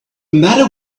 matter